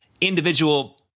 individual